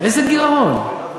איזה גירעון?